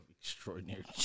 Extraordinary